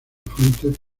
fuentes